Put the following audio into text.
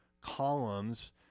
columns